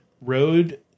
road